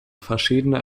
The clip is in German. verschiedene